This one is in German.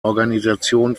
organisation